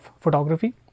photography